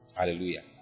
Hallelujah